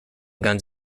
guns